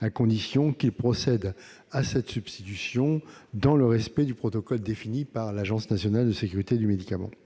à condition qu'il procède à cette substitution dans le respect d'un protocole défini par l'Agence nationale de sécurité du médicament